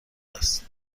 است